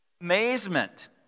amazement